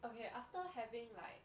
okay after having like